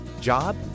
job